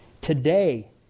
Today